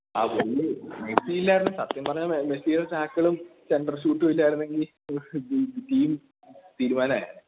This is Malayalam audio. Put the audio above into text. ആ പുള്ളി മെസ്സിയില്ലായിരുന്നുവെങ്കില് സത്യം പറഞ്ഞാല് മെസ്സിയുടെ ടാക്കിളും സെൻ്റർ ഷൂട്ടുമില്ലായിരുന്നുവെങ്കില് ഹോ ടീം തീരുമാനമായേനെ